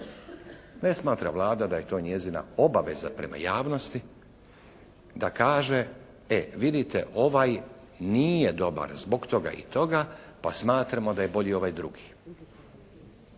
Ne smatra Vlada da je to njezina obaveza prema javnosti, da kaže e, vidite ovaj nije dobar zbog toga i toga, pa smatramo da je bolji ovaj drugi.